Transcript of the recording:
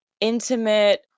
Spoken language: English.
intimate